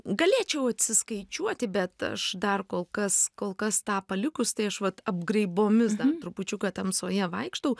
galėčiau atsiskaičiuoti bet aš dar kol kas kol kas tą palikus tai aš vat apgraibomis dar trupučiuką tamsoje vaikštau